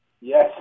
Yes